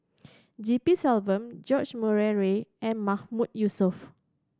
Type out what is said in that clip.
G P Selvam George Murray Reith and Mahmood Yusof